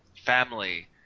family